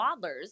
waddlers